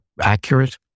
accurate